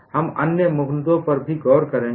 हम अन्य मुद्दों पर भी गौर करेंगे